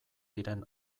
diren